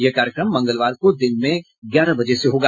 यह कार्यक्रम मंगलवार को दिन में ग्यारह बजे से होगा